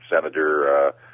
Senator